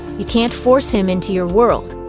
you can't force him into your world.